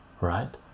right